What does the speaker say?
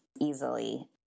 easily